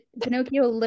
Pinocchio